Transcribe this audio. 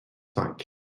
cinq